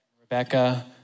Rebecca